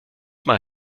mal